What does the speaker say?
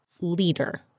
leader